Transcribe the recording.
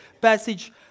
passage